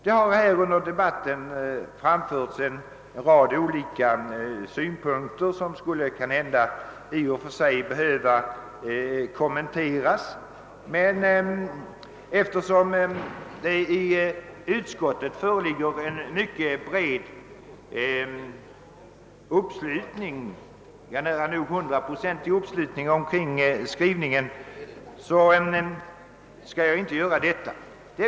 Det har under debatten anförts en rad synpunkter som kan hända i och för sig skulle behöva kommenteras, men eftersom det i utskottet föreligger en mycket bred, nära nog hundraprocentig uppslutning kring skrivningen, skall jag inte kommentera dem.